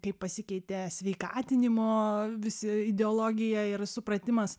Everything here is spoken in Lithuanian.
kaip pasikeitė sveikatinimo visi ideologija ir supratimas